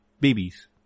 babies